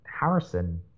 Harrison